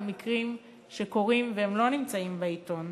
על מקרים שקורים והם לא נמצאים בעיתון,